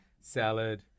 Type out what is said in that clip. Salad